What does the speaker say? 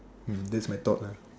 mm that's my thought lah